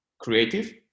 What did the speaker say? creative